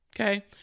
Okay